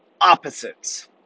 opposites